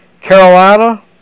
Carolina